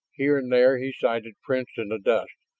here and there he sighted prints in the dust,